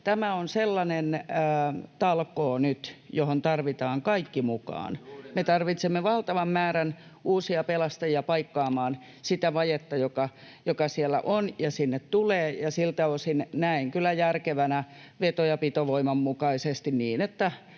Tämä on nyt sellainen talkoo, johon tarvitaan kaikki mukaan. Me tarvitsemme valtavan määrän uusia pelastajia paikkaamaan sitä vajetta, joka siellä on ja sinne tulee, ja siltä osin näen kyllä järkevänä veto- ja pitovoiman mukaisesti, että